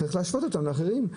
צריך להשוות אותם לאחרים.